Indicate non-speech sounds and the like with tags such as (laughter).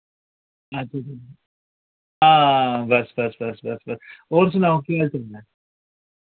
(unintelligible) हां बस बस बस बस बस और सनाओ केह् हाल तुंदे